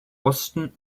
osten